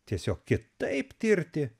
tiesiog kitaip tirti